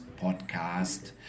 Podcast